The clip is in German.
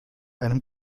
einem